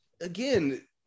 again